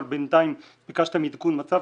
אבל בינתיים ביקשתם עדכון מצב,